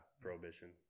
Prohibition